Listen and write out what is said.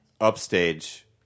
upstage